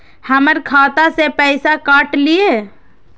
हमर खाता से पैसा काट लिए?